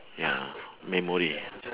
ya memory